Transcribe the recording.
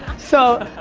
so,